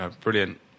Brilliant